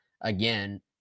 again